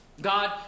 God